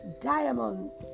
diamonds